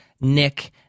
Nick